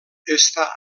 està